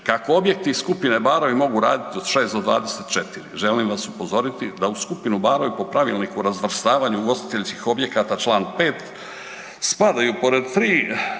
„kako objekti i supine barovi mogu raditi od 6 do 24“. Želim vas upozoriti da u skupinu barovi po Pravilniku razvrstavanja ugostiteljskih objekata čl. 5. spadaju pored tri noćna